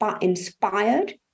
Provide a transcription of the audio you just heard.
inspired